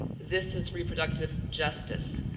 this is reproductive justice.